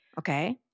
Okay